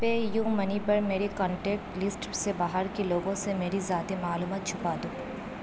pay you money پر میری contact list سے باہر کے لوگوں سے میری ذاتی معلومات چھپا دو